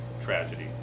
tragedy